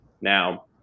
Now